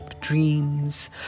dreams